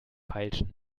feilschen